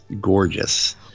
gorgeous